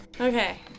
Okay